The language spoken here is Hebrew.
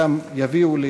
כשיביאו לי